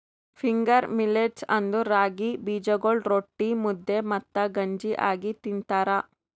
finger millets ಅಂದುರ್ ರಾಗಿ ಬೀಜಗೊಳ್ ರೊಟ್ಟಿ, ಮುದ್ದೆ ಮತ್ತ ಗಂಜಿ ಆಗಿ ತಿಂತಾರ